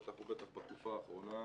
בטח ובטח בתקופה האחרונה,